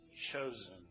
chosen